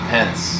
Pence